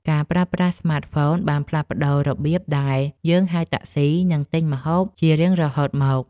ការប្រើប្រាស់ស្មាតហ្វូនបានផ្លាស់ប្តូររបៀបដែលយើងហៅតាក់ស៊ី និងទិញម្ហូបជារៀងរហូតមក។